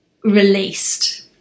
released